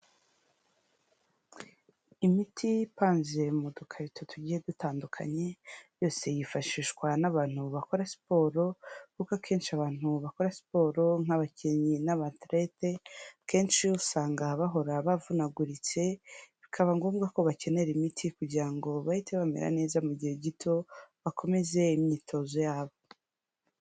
Imiti ipanze mu dukarito tugiye dutandukanye, yose yifashishwa n'abantu bakora siporo kuko akenshi abantu bakora siporo nk'abakinnyi n'abatilete kenshi usanga bahora bavunaguritse, bikaba ngombwa ko bakenera imiti kugira ngo bahite bamera neza mu gihe gito bakomeze imyitozo yabo.